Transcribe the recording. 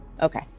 Okay